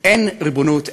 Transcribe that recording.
אין ריבונות,